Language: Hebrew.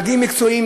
נהגים מקצועיים,